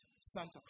Santa